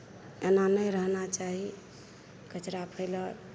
एना नहि रहना चाही कचरा फैलल